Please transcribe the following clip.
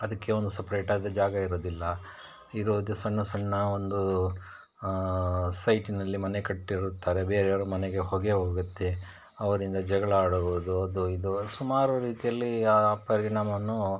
ಅದಕ್ಕೆ ಒಂದು ಸಪ್ರೇಟಾದ ಜಾಗ ಇರುವುದಿಲ್ಲ ಇರೋದು ಸಣ್ಣ ಸಣ್ಣ ಒಂದೂ ಸೈಟಿನಲ್ಲಿ ಮನೆ ಕಟ್ಟಿರುತ್ತಾರೆ ಬೇರೆಯವರ ಮನೆಗೆ ಹೊಗೆ ಹೋಗುತ್ತೆ ಅವರಿಂದ ಜಗಳ ಆಡಬಹುದು ಅದು ಇದು ಸುಮಾರು ರೀತಿಯಲ್ಲಿ ಆ ಪರಿಣಾಮವನ್ನು